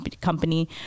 company